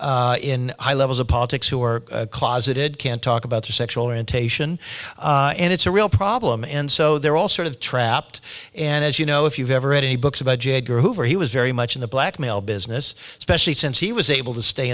in high levels of politics who are closeted can't talk about their sexual orientation and it's a real problem and so they're all sort of trapped and as you know if you've ever read any books about j edgar hoover he was very much in the blackmail business especially since he was able to stay